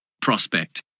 prospect